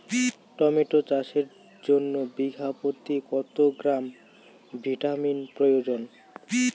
Tomato চাষের জন্য বিঘা প্রতি কত গ্রাম ভিটামিন প্রয়োজন?